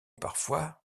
parfois